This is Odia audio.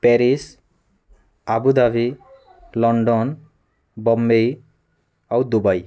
ପ୍ୟାରିସ୍ ଆବୁଧାବି ଲଣ୍ଡନ୍ ବମ୍ବେ ଆଉ ଦୁବାଇ